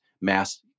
mass